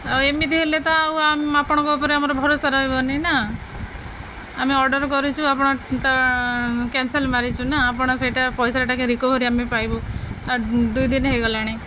ଆଉ ଏମିତି ହେଲେ ତ ଆଉ ଆପଣଙ୍କ ଉପରେ ଆମର ଭରସା ରହିବନି ନା ଆମେ ଅର୍ଡ଼ର କରିଛୁ ଆପଣ ତ କ୍ୟାନସଲ୍ ମାରିଛୁ ନା ଆପଣ ସେଇଟା ପଇସାଟାକେ ରିକଭରି ଆମେ ପାଇବୁ ଆ ଦୁଇ ଦିନ ହେଇଗଲାଣି